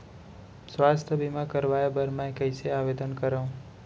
स्वास्थ्य बीमा करवाय बर मैं कइसे आवेदन करव?